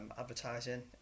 advertising